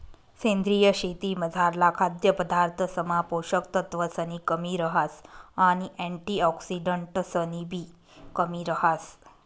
सेंद्रीय शेतीमझारला खाद्यपदार्थसमा पोषक तत्वसनी कमी रहास आणि अँटिऑक्सिडंट्सनीबी कमी रहास